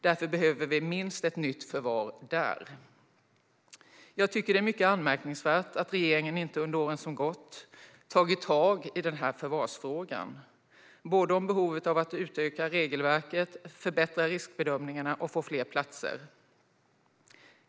Därför behöver vi minst ett nytt förvar där. Jag tycker att det är mycket anmärkningsvärt att regeringen inte under åren som gått har tagit tag i förvarsfrågan när det gäller behovet av ett utökat regelverk, förbättrade riskbedömningar och fler platser.